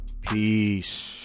Peace